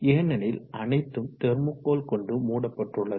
ஏனெனில் அனைத்தும் தெர்மோகோல் கொண்டு மூடப்பட்டுள்ளது